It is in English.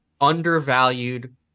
undervalued